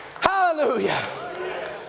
Hallelujah